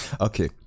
Okay